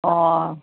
ಓ